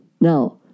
Now